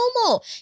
normal